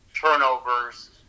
turnovers